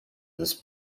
this